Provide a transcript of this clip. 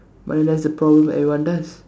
but then that's the problem everyone does